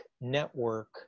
network